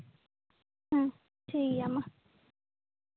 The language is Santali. ᱦᱮᱸ ᱴᱷᱤᱠ ᱜᱮᱭᱟ ᱢᱟ